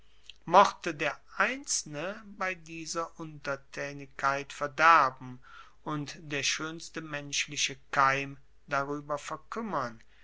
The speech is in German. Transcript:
mochte der einzelne bei dieser untertaenigkeit verderben und der schoenste menschliche keim darueber verkuemmern